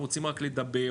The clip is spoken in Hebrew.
רוצים רק לדבר,